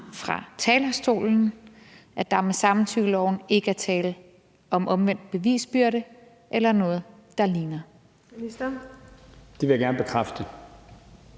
fra talerstolen, at der med samtykkeloven ikke er tale om omvendt bevisbyrde eller noget, der ligner. Kl. 16:22 Den fg. formand (Birgitte